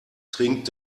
trinkt